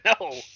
no